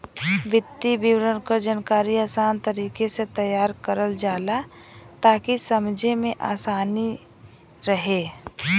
वित्तीय विवरण क जानकारी आसान तरीके से तैयार करल जाला ताकि समझे में आसानी रहे